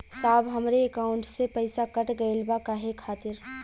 साहब हमरे एकाउंट से पैसाकट गईल बा काहे खातिर?